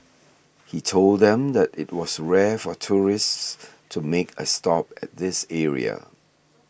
he told them that it was rare for tourists to make a stop at this area